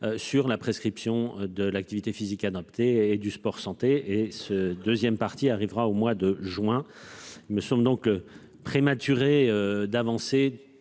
Sur la prescription de l'activité physique adaptée et du sport, santé et ce deuxième partie arrivera au mois de juin. Me semble donc prématuré d'avancer,